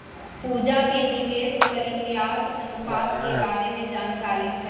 पूजा के निवेश परिव्यास अनुपात के बारे मे जानकारी छै